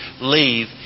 leave